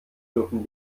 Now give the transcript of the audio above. dürfen